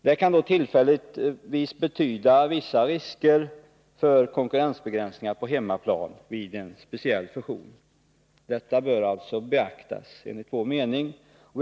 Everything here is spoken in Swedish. Det kan tillfälligtvis betyda vissa risker för konkurrensbegränsningar på hemmaplan vid en speciell fusion. Detta bör enligt vår mening beaktas.